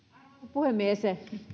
puhemies